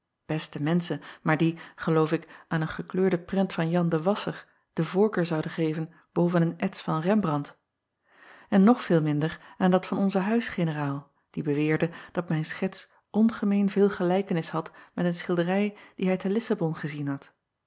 beste menschen maar die geloof ik aan een gekleurde prent van an de asscher de voorkeur zouden geven boven een ets van embrandt en nog veel minder aan dat van onzen huisgeneraal die beweerde dat mijn schets ongemeen veel gelijkenis had met een schilderij die hij te issabon gezien had